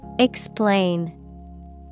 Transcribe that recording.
Explain